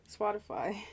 Spotify